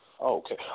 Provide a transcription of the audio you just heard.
Okay